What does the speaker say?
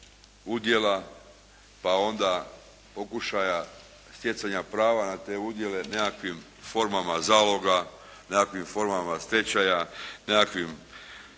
pa onda pokušaja stjecanja prava na te udjele nekakvim formama zaloga, nekakvim formama stečaja, nekakvim